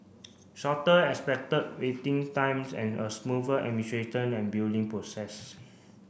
shorter expected waiting times and a smoother administration and billing process